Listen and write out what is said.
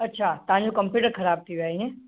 अच्छा तव्हां जो कंप्यूटर ख़राबु थी वियो आहे ईअं